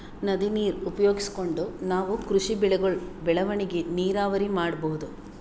ನದಿ ನೀರ್ ಉಪಯೋಗಿಸ್ಕೊಂಡ್ ನಾವ್ ಕೃಷಿ ಬೆಳೆಗಳ್ ಬೆಳವಣಿಗಿ ನೀರಾವರಿ ಮಾಡ್ಬಹುದ್